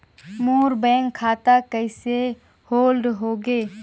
मोर bank खाता कइसे hold होगे?